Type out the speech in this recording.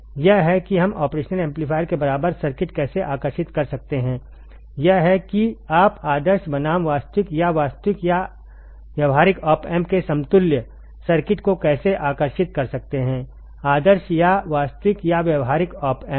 यह है कि हम ऑपरेशनल एम्पलीफायर के बराबर सर्किट कैसे आकर्षित कर सकते हैं यह है कि आप आदर्श बनाम वास्तविक या वास्तविक या व्यावहारिक ऑप एम्प के समतुल्य सर्किट को कैसे आकर्षित कर सकते हैं आदर्श या वास्तविक या व्यावहारिक ऑप एम्प